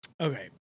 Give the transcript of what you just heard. Okay